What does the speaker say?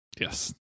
Yes